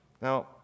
Now